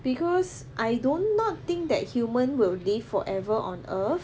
because I don't not think that human will live forever on earth